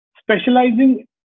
specializing